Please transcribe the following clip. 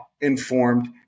informed